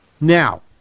Now